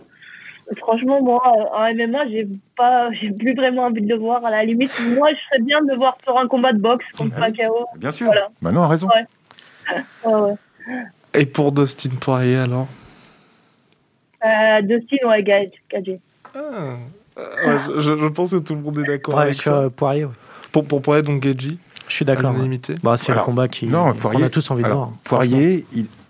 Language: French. Franchement, moi, en MMA, j'ai pas- j'ai plus vraiment envie de le voir, à la limite, moi, je serais bien de le voir faire un combat de boxe contre Ah oui. Pacquiao. Bien sûr. Voilà. Manon a raison. Ouais. Ouais, ouais. Et pour Dustin Poirier, alors ? Euh, Dustin, ouais, Gaeth- Gaethje. Ah. Euh, ouais, je- je- je pense que tout le monde est d'accord Ouais, avec sur- ça. euh, Poirier, ouais. Pour- pour Poirier, donc Gaethje, Je suis d'accord, ouais. anonymité. Bah, c'est le Alors, combat qui- non, qu'on Poirier- a tous envie de alors, voir, Poirier, franchement. il-